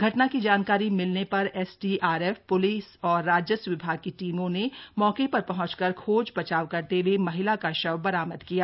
घटना की जानकारी मिलने पर एसडीआरएफ पुलिस और राजस्व विभाग की टीम ने मौके पर पहुंचकर खोज बचाव करते हुए महिला का शव बरामद कर लिया